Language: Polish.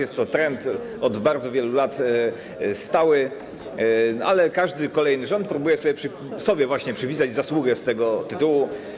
Jest to trend od bardzo wielu lat stały, ale każdy kolejny rząd próbuje sobie właśnie przypisać zasługę z tego tytułu.